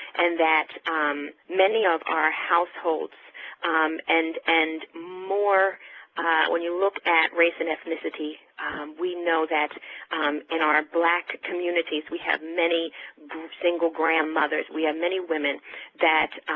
and that many of our households and and more when you look at race and ethnicity we know that in our black communities we have many single grandmothers, we have many women that